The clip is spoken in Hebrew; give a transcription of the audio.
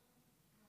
וניהולם),